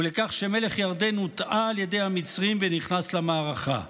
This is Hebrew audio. ולכך שמלך ירדן הוטעה על ידי המצרים ונכנס למערכה,